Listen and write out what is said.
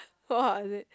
so how was it